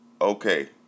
okay